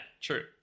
True